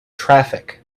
traffic